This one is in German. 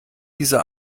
diese